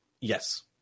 Yes